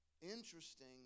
interesting